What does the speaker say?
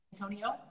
Antonio